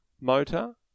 motor